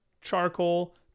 charcoal